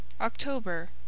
October